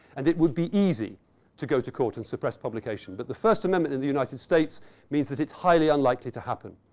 and it would be easy to go to court and suppress publication. but the first amendment of the united states means that it's highly unlikely to happen.